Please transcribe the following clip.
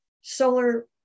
solar